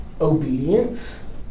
obedience